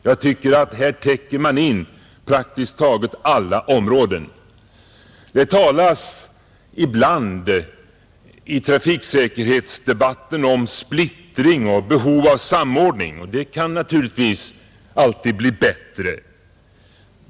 Jag tycker att här täcker man in praktiskt taget alla områden, Det talas ibland i trafiksäkerhetsdebatten om splittring och behov av samordning, och den kan naturligtvis alltid bli bättre.